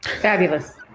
fabulous